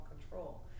control